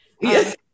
Yes